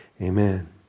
Amen